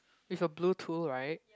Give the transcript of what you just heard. with a blue tool right